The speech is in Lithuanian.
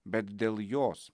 bet dėl jos